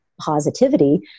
positivity